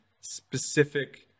specific